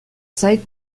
zait